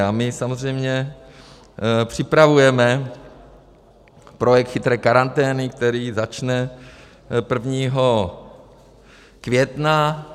A my samozřejmě připravujeme projekt chytré karantény, který začne 1. května.